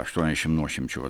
aštuoniasdešim nuošimčių vat